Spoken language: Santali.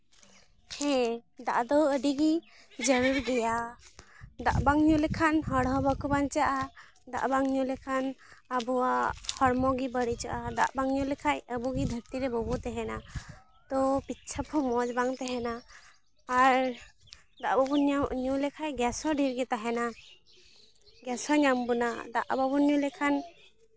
ᱦᱮᱸ ᱫᱟᱜ ᱫᱚ ᱟᱹᱰᱤᱜᱮ ᱡᱟᱹᱨᱩᱲ ᱜᱮᱭᱟ ᱫᱟᱜ ᱵᱟᱝ ᱧᱩ ᱞᱮᱠᱷᱟᱱ ᱦᱚᱲ ᱦᱚᱸ ᱵᱟᱠᱚ ᱵᱟᱧᱪᱟᱜᱼᱟ ᱫᱟᱜ ᱵᱟᱝ ᱧᱩ ᱞᱮᱠᱷᱟᱱ ᱟᱵᱚᱣᱟᱜ ᱦᱚᱲᱢᱚ ᱜᱮ ᱵᱟᱹᱲᱤᱡᱚᱜᱼᱟ ᱫᱟᱜ ᱵᱟᱝ ᱧᱩ ᱞᱮᱠᱷᱟᱱ ᱟᱵᱚᱜᱮ ᱫᱷᱟᱹᱨᱛᱤ ᱨᱮ ᱵᱟᱵᱚ ᱛᱟᱦᱮᱱᱟ ᱛᱳ ᱯᱮᱪᱪᱷᱟᱯ ᱦᱚᱸ ᱢᱚᱡᱽ ᱵᱟᱝ ᱛᱟᱦᱮᱱᱟ ᱟᱨ ᱫᱟᱜ ᱵᱟᱵᱚᱱ ᱧᱩ ᱞᱮᱠᱷᱟᱱ ᱜᱮᱥ ᱦᱚᱸ ᱰᱷᱮᱨ ᱜᱮ ᱛᱟᱦᱮᱱᱟ ᱜᱮᱥ ᱦᱚᱸ ᱧᱟᱢ ᱵᱚᱱᱟ ᱫᱟᱜ ᱵᱟᱵᱚᱱ ᱧᱩ ᱞᱮᱠᱷᱟᱱ